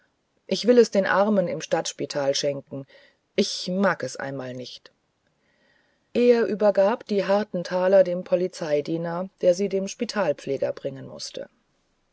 ich will es den armen im stadtspital schenken ich mag es einmal nicht er übergab die harten taler dem polizeidiener der sie dem spitalpfleger bringen mußte